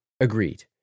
Agreed